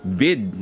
bid